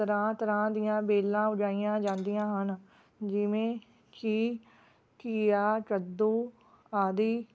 ਤਰ੍ਹਾਂ ਤਰ੍ਹਾਂ ਦੀਆਂ ਬੇਲਾਂ ਉਗਾਈਆਂ ਜਾਂਦੀਆ ਹਨ ਜਿਵੇਂ ਕਿ ਘੀਆ ਕੱਦੂ ਆਦਿ